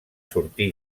sortir